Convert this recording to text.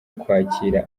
kwakira